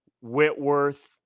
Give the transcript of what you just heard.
Whitworth